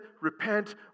repent